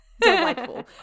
Delightful